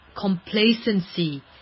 complacency